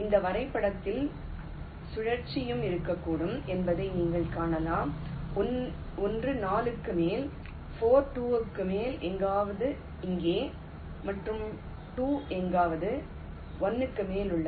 இந்த வரைபடத்தில் சுழற்சியும் இருக்கக்கூடும் என்பதை நீங்கள் காணலாம் ஒன்று 4 க்கு மேல் 4 2 க்கு மேல் எங்காவது இங்கே மற்றும் 2 எங்காவது 1 க்கு மேல் உள்ளது